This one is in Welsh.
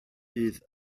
fydd